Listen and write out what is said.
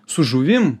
su žuvim